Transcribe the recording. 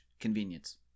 convenience